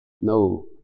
no